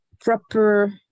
proper